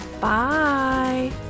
bye